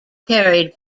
carried